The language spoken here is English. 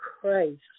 Christ